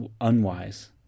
unwise